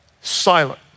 silent